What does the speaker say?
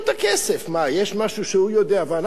מה, יש משהו שהוא יודע ואנחנו לא יודעים?